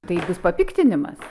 tai bus papiktinimas